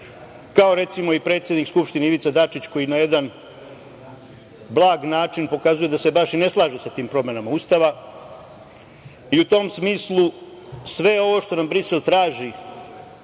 kao recimo i predsednik Skupštine Ivica Dačić, koji na jedan blag način pokazuje da se baš i ne slaže sa tim promenama Ustava. U tom smislu, sve ovo što nam Brisel traži,